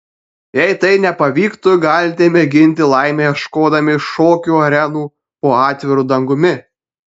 jei tai nepavyktų galite mėginti laimę ieškodami šokių arenų po atviru dangumi